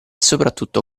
soprattutto